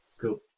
cool